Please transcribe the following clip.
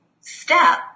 step